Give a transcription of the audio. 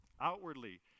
Outwardly